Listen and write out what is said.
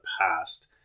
past